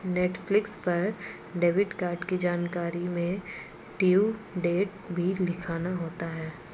Netflix पर debit card की जानकारी में ड्यू डेट भी लिखना होता है